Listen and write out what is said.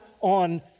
on